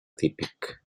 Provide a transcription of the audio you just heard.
típic